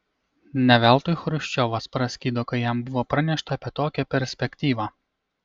ne veltui chruščiovas praskydo kai jam buvo pranešta apie tokią perspektyvą